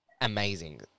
amazing